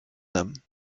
them